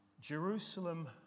Jerusalem